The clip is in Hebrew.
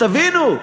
תבינו,